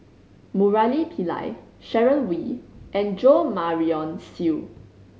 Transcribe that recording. Murali Pillai Sharon Wee and Jo Marion Seow